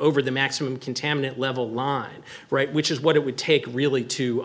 over the maximum contaminant level line right which is what it would take really to